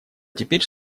теперь